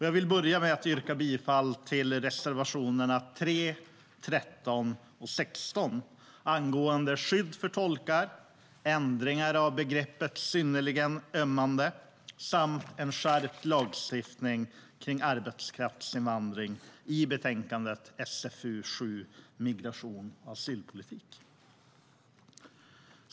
Jag vill börja med att yrka bifall till reservationerna 3, 13 och 16 angående skydd för tolkar, ändring av begreppet synnerligen ömmande omständigheter samt skärpt lagstiftning kring arbetskraftsinvandring i betänkandet SfU7 Migration och asylpolitik .